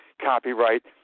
copyright